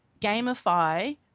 gamify